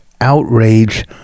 outrage